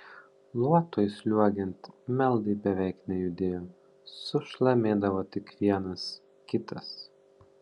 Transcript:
luotui sliuogiant meldai beveik nejudėjo sušlamėdavo tik vienas kitas